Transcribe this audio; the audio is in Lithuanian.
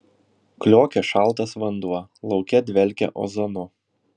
kliokė šaltas vanduo lauke dvelkė ozonu